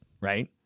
right